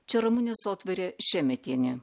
čia ramunė sotvarė šemetienė